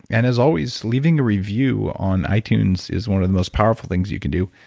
and as always leaving a review on itunes is one of the most powerful things you can do.